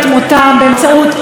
אני לא מדברת על זה,